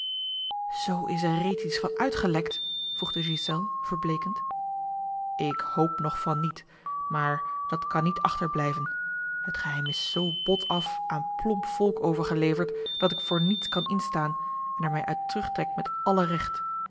zoo is er reeds iets van uitgelekt vroeg de ghiselles verbleekend ik hoop nog van niet maar dat kan niet achterblijven het geheim is zoo bot af aan plomp volk overgeleverd dat ik voor niets kan instaan en er mij uit terugtrek met alle recht